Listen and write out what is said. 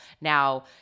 Now